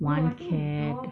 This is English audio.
one cat